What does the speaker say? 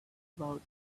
about